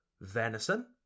venison